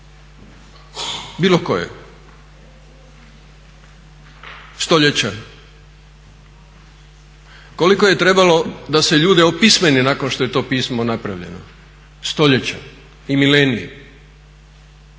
bilo koje? Stoljeća. Koliko je trebalo da se ljude opismeni nakon što je to pismo napravljeno? Stoljeća i mileniji.